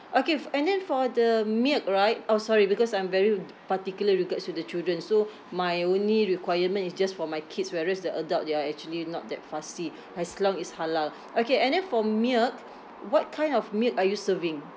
okay f~ and then for the milk right orh sorry because I'm very particular regards with the children so my only requirement is just for my kids whereas the adult they are actually not that fussy as long it's halal okay and then for milk what kind of milk are you serving